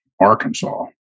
arkansas